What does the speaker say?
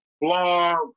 blog